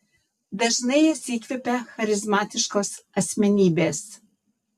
dažnai jas įkvepia charizmatiškos asmenybės